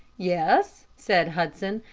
yes, said hudson.